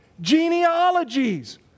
Genealogies